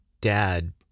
dad